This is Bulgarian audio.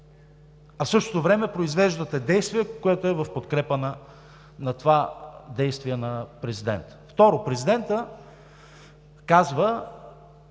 В същото време произвеждате действие, което е в подкрепа на това действие на президента. Второ, президентът казва